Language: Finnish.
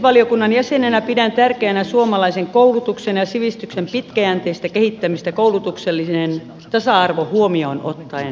sivistysvaliokunnan jäsenenä pidän tärkeänä suomalaisen koulutuksen ja sivistyksen pitkäjänteistä kehittämistä koulutuksellinen tasa arvo huomioon ottaen